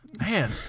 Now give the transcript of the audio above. Man